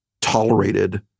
tolerated